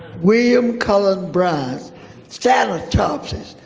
william cullen bryant's thanatopsis.